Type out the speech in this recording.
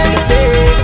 stay